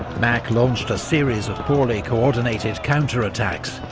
mack launched a series of poorly co-ordinated counterattacks,